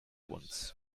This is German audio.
uns